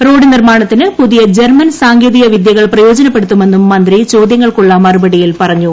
റോഡുനിർമ്മാണത്തിന് പുതിയ ജർമ്മൻ സാങ്കേതിക വിദ്യകൾ പ്രയോജനപ്പെടുത്തുമെന്നും മന്ത്രി ചോദ്യങ്ങൾക്കുള്ള മറുപടിയിൽ പറഞ്ഞു